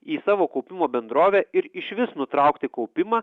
į savo kaupimo bendrovę ir išvis nutraukti kaupimą